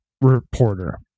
reporter